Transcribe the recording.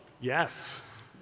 Yes